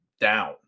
down